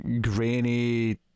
grainy